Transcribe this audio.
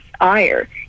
ire